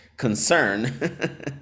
Concern